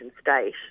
state